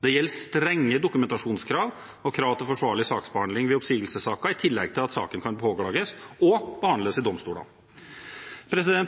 Det gjelder strenge dokumentasjonskrav og krav til forsvarlig saksbehandling i oppsigelsessaker, i tillegg til at saken kan påklages og behandles i domstolene.